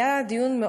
היה דיון,